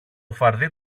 φαρδύ